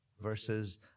versus